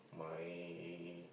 my